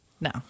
No